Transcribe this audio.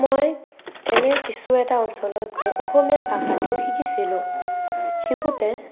মই এনে কিছু এটা অঞ্চলত গৈ অসমীয়া ভাষাটো শিকিছিলোঁ শিকোতে